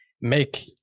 make